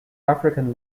african